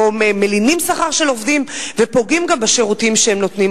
מלינים שכר של עובדים ופוגעים גם בשירותים שהם נותנים.